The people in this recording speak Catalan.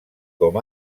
com